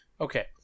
okay